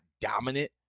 dominant